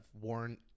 worn –